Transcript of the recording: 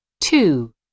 Two